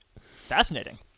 Fascinating